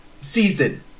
season